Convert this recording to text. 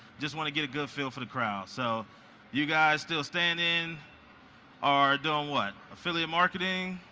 just want to get a good feel for the crowd. so you guys still standing are doing what? affiliate marketing?